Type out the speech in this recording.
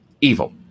evil